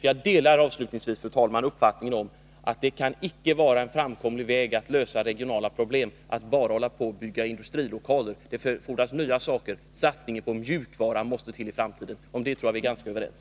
Jag delar nämligen, fru talman, uppfattningen att en framkomlig väg att lösa regionala problem icke kan vara att bara bygga industrilokaler. Det fordras nya saker. En satsning på mjukvara måste till i framtiden. Om det tror jag att vi är ganska överens.